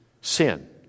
sin